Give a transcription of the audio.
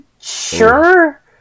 sure